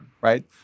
right